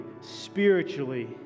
spiritually